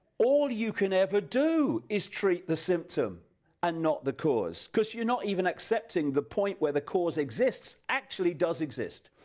all you can ever do is treat the symptom and not the cause because you are not even accepting the point where the cause exists, actually does exist.